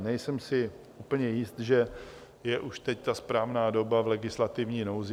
Nejsem si úplně jist, že je už teď ta správná doba v legislativní nouzi.